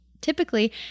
typically